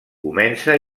comença